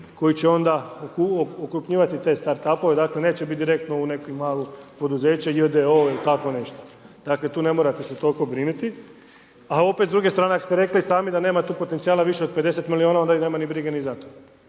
koji će onda okrupnjivati te start up-ove dakle neće biti direktno u neko malo poduzeće J.D.O ili tako nešto, dakle tu ne morate se toliko brinuti. A opet s druge strane ako ste rekli i sami da nemate potencijala više od 50 milijuna onda nema ni brige ni za to.